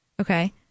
Okay